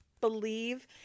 believe